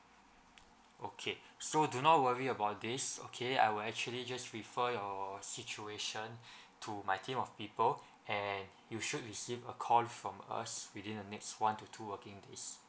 okay so do not worry about this okay I will actually just refer your situation to my team of people and you should receive a call from us within the next one to two working days